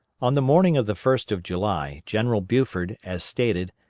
on the morning of the first of july, general buford, as stated,